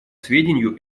сведению